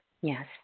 Yes